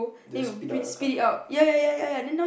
they will spit out your card